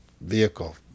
vehicle